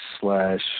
slash